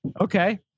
Okay